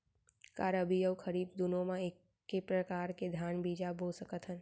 का रबि अऊ खरीफ दूनो मा एक्के प्रकार के धान बीजा बो सकत हन?